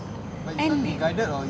and